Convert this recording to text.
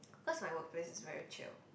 cause my work place is very chill